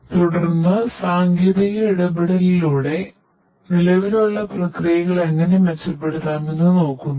തുടർന്ന് സാങ്കേതിക ഇടപെടലിലൂടെ നിലവിലുള്ള പ്രക്രിയകൾ എങ്ങനെ മെച്ചപ്പെടുത്താം എന്ന് നോക്കുന്നു